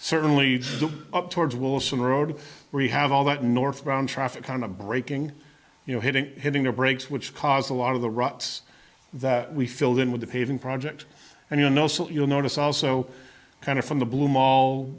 certainly up towards wilson road we have all that northbound traffic on a braking you know hitting hitting the brakes which caused a lot of the ruts that we filled in with the paving project and you know so you'll notice also kind of from the blue mall